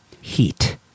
Heat